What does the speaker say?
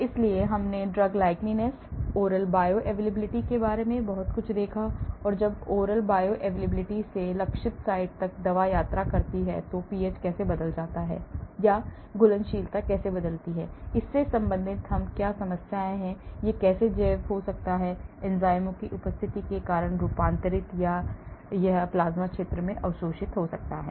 इसलिए हमने drug likeness oral bioavailability के बारे में बहुत कुछ देखा और जब oral bioavailability से लक्षित साइट तक दवा यात्रा करती है तो pH कैसे बदलता है या घुलनशीलता कैसे बदलती है इससे संबंधित क्या समस्याएं हैं यह कैसे जैव हो सकता है एंजाइमों की उपस्थिति के कारण रूपांतरित या यह प्लाज्मा क्षेत्र में अवशोषित हो सकता है